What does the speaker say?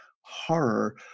horror